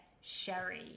sherry